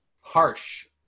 harsh